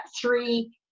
three